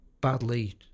badly